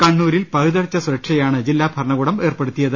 കണ്ണൂരിൽ പഴുതടച്ച സുരക്ഷയാണ് ജില്ലാ ഭരണകൂടം ഏർപ്പെടുത്തിയത്